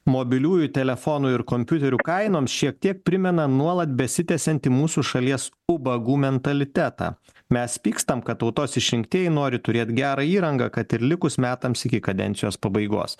mobiliųjų telefonų ir kompiuterių kainoms šiek tiek primena nuolat besitęsiantį mūsų šalies ubagų mentalitetą mes pykstam kad tautos išrinktieji nori turėti gerą įrangą kad ir likus metams iki kadencijos pabaigos